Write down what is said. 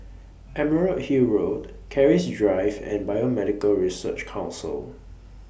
Emerald Hill Road Keris Drive and Biomedical Research Council